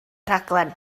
rhaglen